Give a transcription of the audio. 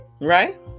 Right